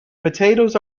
potatoes